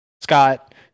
Scott